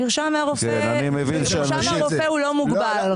מרשם מהרופא הוא לא מוגבל.